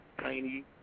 tiny